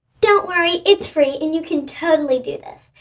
don't worry, it's free, and you can totally do this.